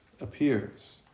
appears